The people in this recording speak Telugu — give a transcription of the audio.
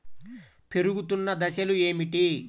పెరుగుతున్న దశలు ఏమిటి?